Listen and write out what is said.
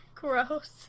Gross